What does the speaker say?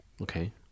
Okay